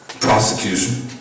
prosecution